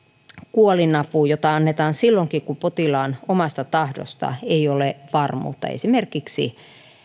kuolinapuun jota annetaan silloinkin kun potilaan omasta tahdosta ei ole varmuutta esimerkiksi